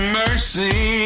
mercy